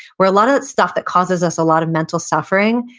where a lot of that stuff that causes us a lot of mental suffering,